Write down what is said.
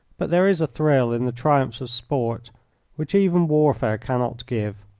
but there is a thrill in the triumphs of sport which even warfare cannot give,